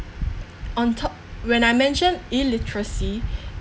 on top when I mention illiteracy